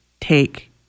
take